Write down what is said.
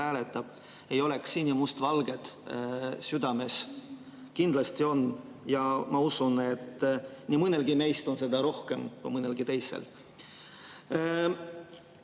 hääletab, ei oleks sinimustvalget südames. Kindlasti on ja ma usun, et nii mõnelgi meist on seda rohkem kui mõnel